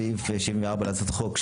סעיף 74 להצעת החוק,